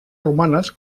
romanes